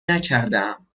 نکردهام